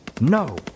No